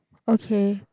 okay